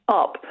up